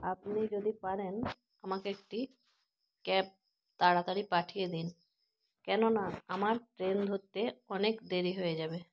আপনি যদি পারেন আমাকে একটি ক্যাব তাড়াতাড়ি পাঠিয়ে দিন কেননা আমার ট্রেন ধরতে অনেক দেরি হয়ে যাবে